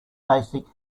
basic